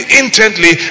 intently